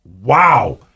wow